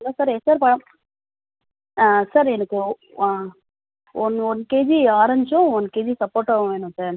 hello sir yes sir ப sir எனக்கு one one KG ஆரஞ்சும் ஒன் கேஜி சப்போட்டாவும் வேணும் சார்